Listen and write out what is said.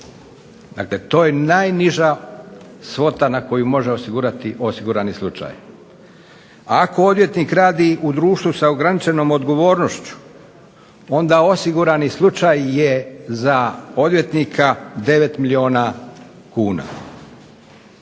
Dakle, to je najniža svota na koju može osigurati osigurani slučaj. Ako odvjetnik radi u društvu s ograničenom odgovornošću onda osigurani slučaj je za odvjetnika 9 milijuna kuna.